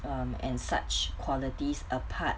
um and such qualities apart